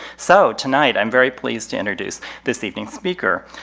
so tonight i'm very pleased to introduce this evening's speaker.